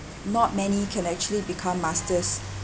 not many can actually become masters